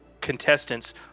contestants